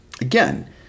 again